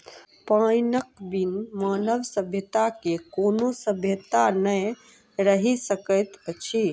पाइनक बिन मानव सभ्यता के कोनो सभ्यता नै रहि सकैत अछि